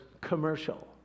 commercial